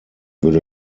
würde